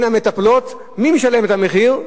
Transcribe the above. ומי משלם את המחיר?